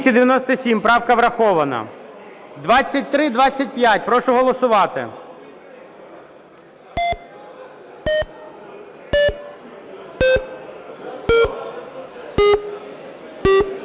За-297 Правка врахована. 2325. Прошу голосувати.